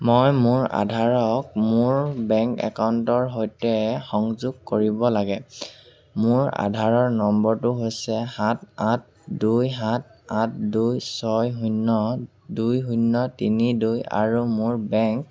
মই মোৰ আধাৰক মোৰ বেংক একাউণ্টৰ সৈতে সংযোগ কৰিব লাগে মোৰ আধাৰ নম্বৰটো হৈছে সাত আঠ দুই সাত আঠ দুই ছয় শূন্য দুই শূন্য তিনি দুই আৰু মোৰ বেংক